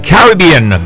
Caribbean